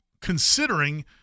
considering